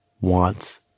wants